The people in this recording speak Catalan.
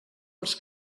els